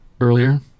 Earlier